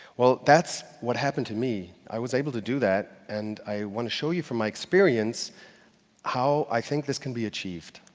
well, that's what happened to me. i was able to do that, and i want to show you from my experience how i think this can be achieved.